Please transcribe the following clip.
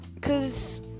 cause